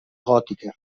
gòtica